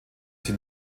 sie